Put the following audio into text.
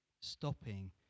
Stopping